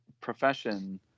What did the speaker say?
profession